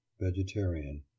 VEGETARIAN